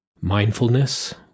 mindfulness